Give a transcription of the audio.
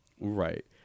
Right